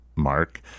mark